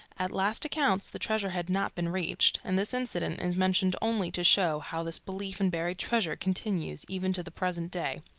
at last accounts the treasures had not been reached, and this incident is mentioned only to show how this belief in buried treasures continues even to the present day.